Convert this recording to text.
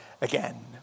again